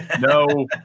No